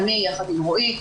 אני יחד עם רועי,